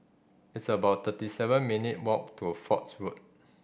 it's about thirty seven minute walk to Forts Road